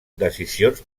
decisions